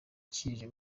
kije